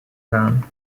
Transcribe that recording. gaan